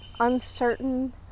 uncertain